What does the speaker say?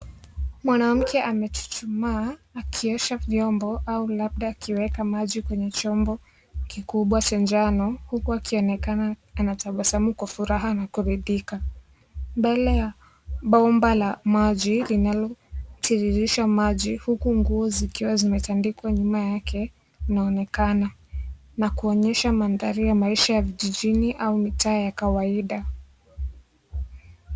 Mwanamke amechuchumaa akiosha vyombo au labda akiweka maji kwenye chombo kikubwa cha njano huku akionekana anatabasamu kwa furaha na kuridhika. Mbele ya bomba la maji linalotiririsha maji huku nguo zikiwa zimetandikwa nyuma yake unaonekana na kuonyesha mandhari ya maisha ya vijijini au mitaa ya kawaida.